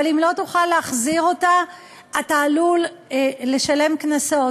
אבל אם לא תוכל להחזיר אותה אתה עלול לשלם קנסות,